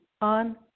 on